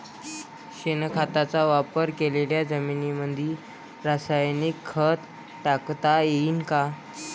शेणखताचा वापर केलेल्या जमीनीमंदी रासायनिक खत टाकता येईन का?